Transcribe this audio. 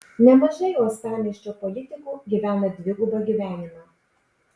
nemažai uostamiesčio politikų gyvena dvigubą gyvenimą